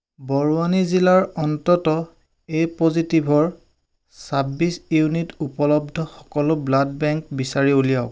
বৰৱানী জিলাৰ অন্তত এ পজিটিভৰ চাব্বিশ ইউনিট উপলব্ধ সকলো ব্লাড বেংক বিচাৰি উলিয়াওক